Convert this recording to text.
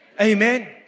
Amen